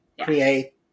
create